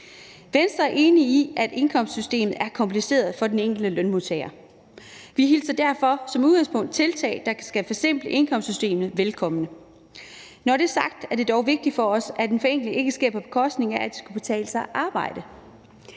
Venstre er enig i, at indkomstskattesystemet er kompliceret for den enkelte lønmodtager. Vi hilser derfor som udgangspunkt tiltag, der skal forsimple indkomstskattesystemet, velkomne. Når det er sagt, er det er dog vigtigt for os, at en forenkling ikke sker på bekostning af, at det skal kunne betale sig at arbejde.